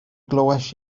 glywais